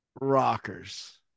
rockers